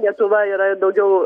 lietuva yra daugiau